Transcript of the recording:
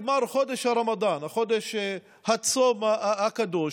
למשל, שכשנגמר חודש רמדאן, חודש הצום הקדוש,